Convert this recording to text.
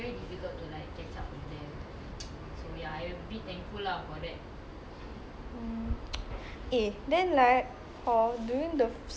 hmm eh then like hor during the circuit breaker during the circuit breaker hor what was your most like you cannot tahan [one]